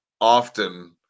often